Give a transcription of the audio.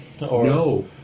No